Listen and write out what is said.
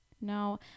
No